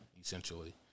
essentially